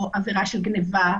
או עבירה של גניבה,